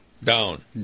Down